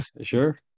Sure